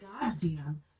goddamn